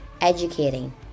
educating